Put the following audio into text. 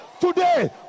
Today